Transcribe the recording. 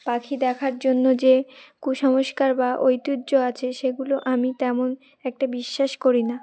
পাখি দেখার জন্য যে কুসংস্কার বা ঐতিহ্য আছে সেগুলো আমি তেমন একটা বিশ্বাস করি না